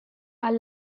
are